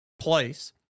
place